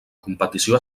competició